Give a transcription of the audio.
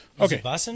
okay